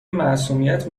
معصومیت